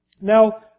Now